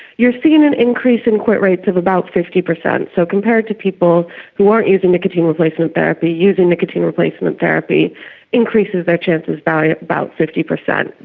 you're seeing an increase in acquittal rates of about fifty percent. so compared to people who aren't using nicotine replacement therapy, using nicotine replacement therapy increases their chances by about fifty percent.